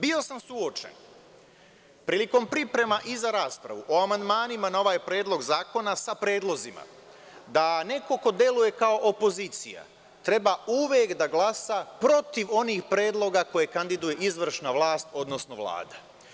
Bio sam suočen prilikom priprema i za raspravu o amandmanima na ovaj Predlog zakona sa predlozima da neko ko deluje kao opozicija treba uvek da glasa protiv onih predloga koje kandiduje izvršna vlast, odnosno Vlada.